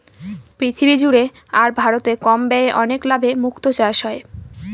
পৃথিবী জুড়ে আর ভারতে কম ব্যয়ে অনেক লাভে মুক্তো চাষ হয়